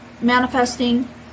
manifesting